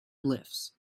lifts